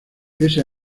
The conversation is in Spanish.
ese